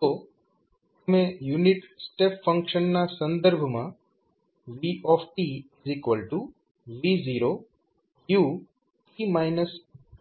તો તમે unit step ફંક્શનના સંદર્ભમાં vV0uસમીકરણથી પણ રિપ્રેઝેન્ટ